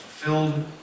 filled